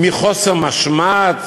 מחוסר משמעת